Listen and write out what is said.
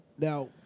Now